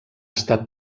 estat